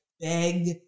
beg